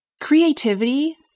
Creativity